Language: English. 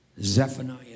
Zephaniah